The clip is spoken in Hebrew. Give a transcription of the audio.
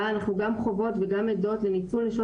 בה אנחנו גם חוות וגם עדות לניצול נשות